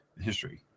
history